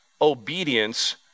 obedience